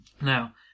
Now